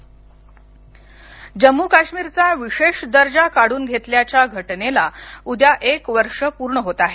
जम्मू काश्मीर विकास जम्मूकाश्मीरचा विशेष दर्जा काढून घेतल्याच्या घटनेला उद्या एक वर्ष पूर्ण होत आहे